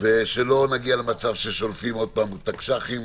ושלא נגיע למצב בו שולפים עוד פעם תקש"חים